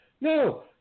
No